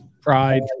Pride